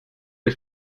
ist